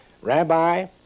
Rabbi